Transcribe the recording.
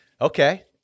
Okay